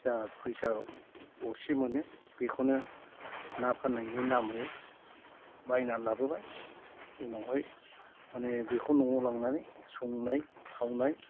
जा फैसा गरसे मोनो बेखौनो ना फान्नायनि नामै बायनानै लाबोबाय उनावहाय माने बेखौ न'आव लांनानै संनाय खावनाय